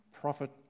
Prophet